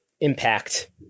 Impact